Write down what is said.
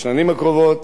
בשנים הקרובות,